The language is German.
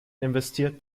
investiert